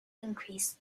increase